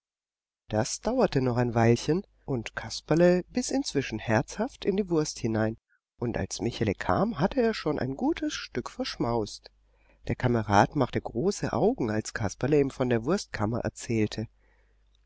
das dauerte noch ein weilchen und kasperle biß inzwischen herzhaft in die wurst hinein und als michele kam hatte er schon ein gutes stück verschmaust der kamerad machte große augen als kasperle ihm von der wurstkammer erzählte